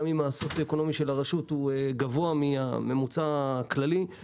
גם אם סוציואקונומי של הרשות הוא גבוה מהממוצע הכללי,